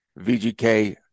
VGK